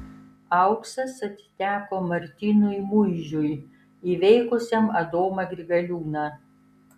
auksas atiteko martynui muižiui įveikusiam adomą grigaliūną